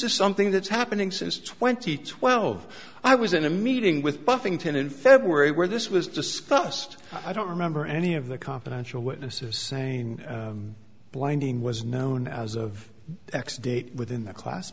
is something that's happening since twenty twelve i was in a meeting with buffington in february where this was discussed i don't remember any of the confidential witnesses saying blinding was known as of x date within that class